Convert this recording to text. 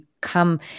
come